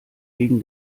gegen